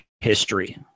history